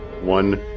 One